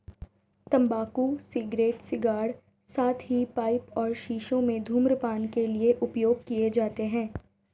तंबाकू cigarette, cigar, साथ ही पाइप और शीशों में धूम्रपान के लिए उपयोग किए जाते हैं